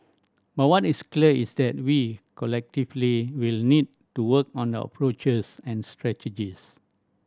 but what is clear is that we collectively will need to work on the approaches and strategies